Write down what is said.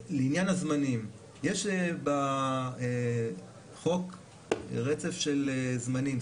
לעניין הזמנים, יש בחוק רצף של זמנים.